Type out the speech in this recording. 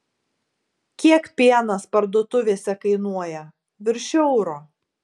kiek pienas parduotuvėse kainuoja virš euro